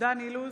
דן אילוז,